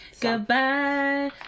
Goodbye